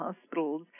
hospitals